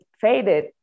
faded